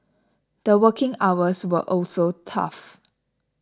the working hours were also tough